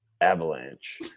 avalanche